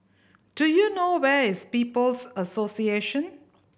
do you know where is People's Association